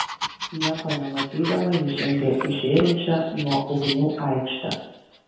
nieko nematydama ji žengė į žėrinčią nuo ugnių aikštę